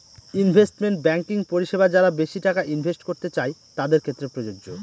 investment banking পরিষেবা যারা বেশি টাকা ইনভেস্ট করতে চাই তাদের ক্ষেত্রে প্রযোজ্য